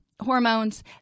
hormones